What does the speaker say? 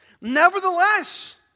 Nevertheless